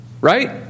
Right